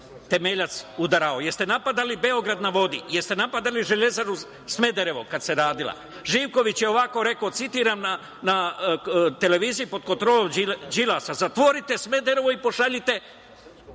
temeljac udarao. Jeste li napadali „Beograd na vodi“? Jeste li napadali „Železaru“ Smederevo kada se radila? Živković je ovako rekao, citiram na televiziji pod kontrolom Đilasa - „zatvorite Smederevo i pošaljite